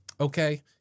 Okay